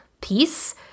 peace